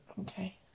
Okay